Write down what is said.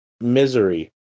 Misery